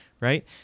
right